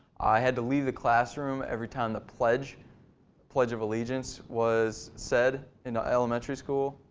i had to leave the classroom every time the pledge pledge of allegiance was said in ah elementary school.